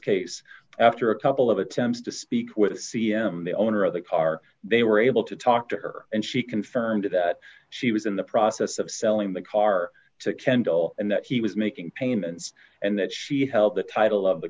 case after a couple of attempts to speak with the c m the owner of the car they were able to talk to her and she confirmed that she was in the process of selling the car to kendall and that he was making payments and that she held the title of the